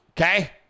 okay